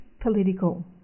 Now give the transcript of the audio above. political